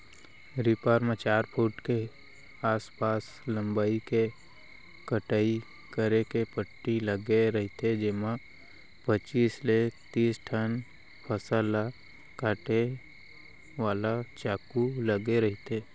reaper म चार foot के आसपास लंबई के कटई करे के पट्टी लगे रहिथे जेमा पचीस ले तिस ठन फसल ल काटे वाला चाकू लगे रहिथे